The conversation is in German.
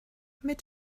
mit